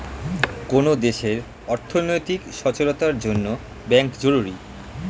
কোন দেশের অর্থনৈতিক সচলতার জন্যে ব্যাঙ্ক জরুরি